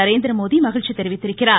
நரேந்திரமோதி மகிழ்ச்சி தெரிவித்திருக்கிறார்